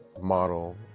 model